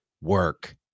work